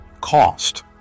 cost